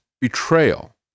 betrayal